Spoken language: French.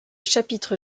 chapitre